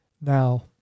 now